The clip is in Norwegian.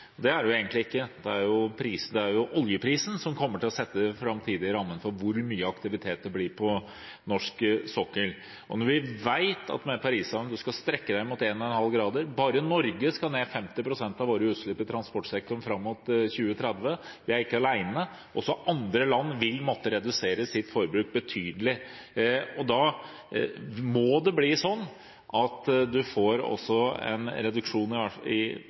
Det er det egentlig ikke. Det er oljeprisen som kommer til å sette de framtidige rammene for hvor mye aktivitet det blir på norsk sokkel. Vi vet at med Paris-avtalen skal vi strekke det mot 1,5 grader, og bare i Norge skal vi ned 50 pst. i utslippene i transportsektoren fram mot 2030. Vi er ikke alene, også andre land vil måtte redusere sitt forbruk betydelig. Da må det bli sånn at man også får en reduksjon i forbruket av olje med den konsekvensen det har for prisen. Når 25 pst. av den norske økonomien ligger i